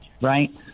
right